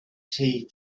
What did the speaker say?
tea